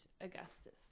augustus